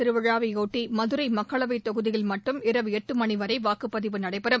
திருவிழாவையொட்டிமதுரைமக்களவைத் சித்திரைத் தொகுதியில் மட்டும் இரவு எட்டுமணிவரைவாக்குப்பதிவு நடைபெறும்